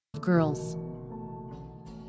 ...girls